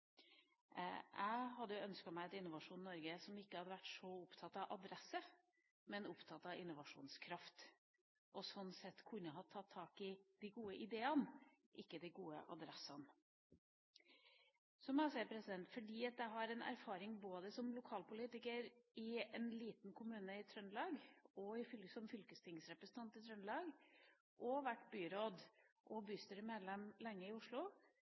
Jeg hadde ønsket meg et Innovasjon Norge som ikke hadde vært så opptatt av adresse, men av innovasjonskraft, og slik sett kunne ha tatt tak i de gode ideene, ikke de gode adressene. Fordi jeg har en erfaring både som lokalpolitiker i en liten kommune i Trøndelag, som fylkestingsrepresentant i Trøndelag og som byråd og lenge som bystyremedlem i Oslo,